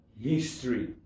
history